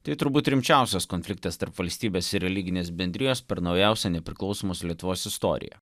tai turbūt rimčiausias konfliktas tarp valstybės ir religinės bendrijos per naujausią nepriklausomos lietuvos istoriją